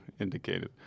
indicated